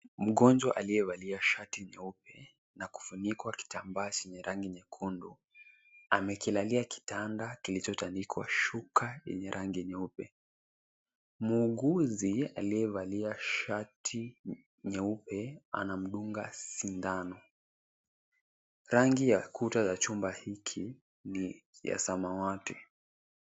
Mgonjwa aliyevalia shati nyeupe na kufunikwa kitambaa chenye rangi nyekundu. Amekilalia kitanda kilichotandikwa shuka yenye rangi nyeupe. Muuguzi aliyevalia shati nyeupe anamdunga sindano. Rangi ya kuta za chumba hiki ni ya samawati.